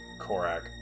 Korak